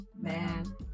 man